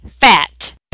Fat